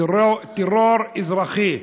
טרור אזרחי,